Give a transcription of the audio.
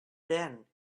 then